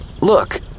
Look